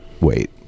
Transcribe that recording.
Wait